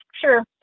sure